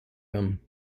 him